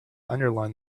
underline